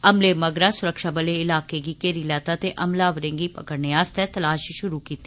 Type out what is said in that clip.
हमले मगरा स्रक्षाबलें इलाकें गी घेरी लैता ते हमलावरें गी फगड़ने आस्तै तलाश शुरु कीती